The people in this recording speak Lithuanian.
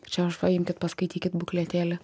čia aš va imkit paskaitykit būkletėlį